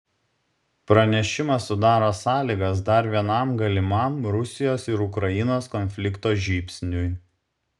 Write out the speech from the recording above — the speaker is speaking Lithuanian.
pranešimas sudaro sąlygas dar vienam galimam rusijos ir ukrainos konflikto žybsniui